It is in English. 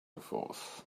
forth